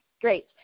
Great